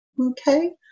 Okay